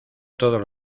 todos